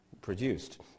produced